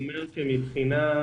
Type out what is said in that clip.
קודם כל,